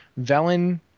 Velen